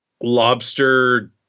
lobster